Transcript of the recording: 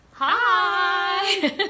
hi